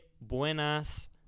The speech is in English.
buenas